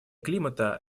климата